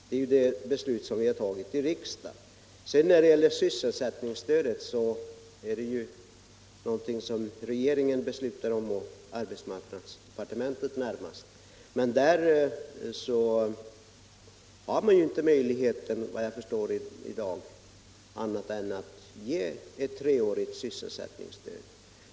Det är ju det beslut som vi har tagit i riksdagen. Sysselsättningsstödet är någonting som regeringen beslutar om — närmast arbetsmarknadsdepartementet. Där har man, efter vad jag förstår, inte möjlighet i dag att ge annat än ett treårigt sysselsättningsstöd.